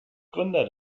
gründer